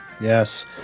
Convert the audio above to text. yes